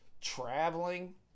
traveling